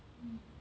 mm